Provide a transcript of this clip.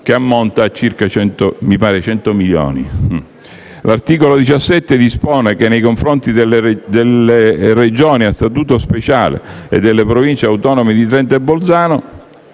che ammonta a circa 100 milioni di euro. L'articolo 17 dispone che nei confronti delle Regioni a Statuto speciale e delle Province autonome di Trento e Bolzano